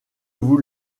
vous